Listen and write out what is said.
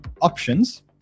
options